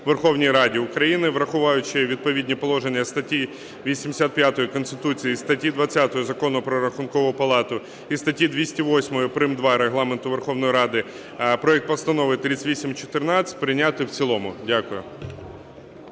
Верховній Раді України, враховуючи відповідні положення статті 85 Конституції і статті 20 Закону "Про Рахункову палату", і статті 208 прим.2 Регламенту Верховної Ради проект Постанови 3814 прийняти в цілому. Дякую.